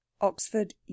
Oxford